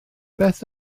beth